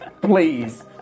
Please